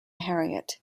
harriet